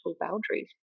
boundaries